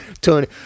Tony